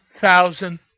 thousand